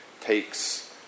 takes